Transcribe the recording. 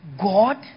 God